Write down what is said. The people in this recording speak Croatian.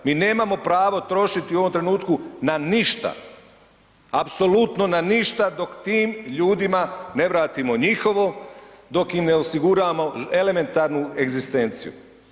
Mi nemamo pravo trošiti u ovom trenutnu na ništa, apsolutno na ništa dok tim ljudima ne vratimo njihovo, dok im ne osiguramo elementarnu egzistenciju.